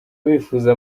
bifuza